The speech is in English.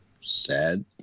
sad